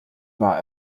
war